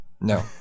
No